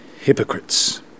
hypocrites